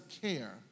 care